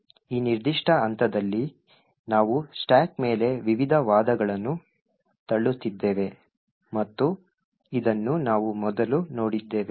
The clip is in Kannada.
ಈ ನಿರ್ದಿಷ್ಟ ಹಂತದಲ್ಲಿ ನಾವು ಸ್ಟಾಕ್ ಮೇಲೆ ವಿವಿಧ ವಾದಗಳನ್ನು ತಳ್ಳುತ್ತಿದ್ದೇವೆ ಮತ್ತು ಇದನ್ನು ನಾವು ಮೊದಲು ನೋಡಿದ್ದೇವೆ